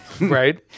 Right